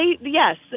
yes